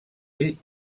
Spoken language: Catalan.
ell